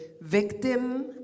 victim